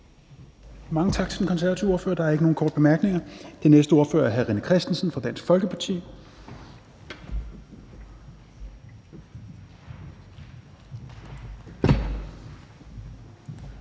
Mange tak til den konservative ordfører, der er ikke nogen korte bemærkninger. Den næste ordfører er hr. René Christensen fra Dansk Folkeparti.